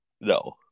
No